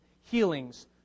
healings